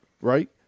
right